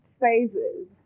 phases